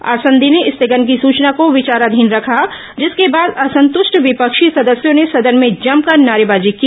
आसंदी ने स्थगन की सचना को विचाराधीन रखा जिसके बाद असंतृष्ट विपक्षी सदस्यों ने सदन में जमकर नारेबाजी की